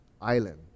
island